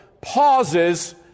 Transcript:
pauses